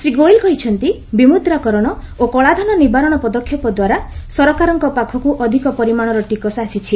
ଶ୍ରୀ ଗୋଏଲ କହିଛନ୍ତି ବିମୁଦ୍ରାକରଣ ଓ କଳାଧନ ନିବାରଣ ପଦକ୍ଷେପ ଦ୍ୱାରା ସରକାରଙ୍କ ପାଖକୁ ଅଧିକ ପରିମାଣର ଟିକସ ଆସିଛି